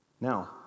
Now